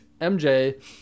MJ